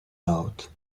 out